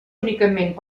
únicament